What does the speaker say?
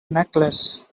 necklace